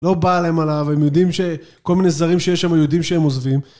לא בא עליהם עליו הם יודעים שכל מיני זרים שיש שם היו יודעים שהם עוזבים